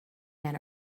men